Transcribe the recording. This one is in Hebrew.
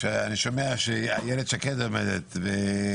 כשאני שומע שאילת שקד וגם בנט,